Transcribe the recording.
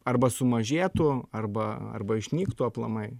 arba sumažėtų arba arba išnyktų aplamai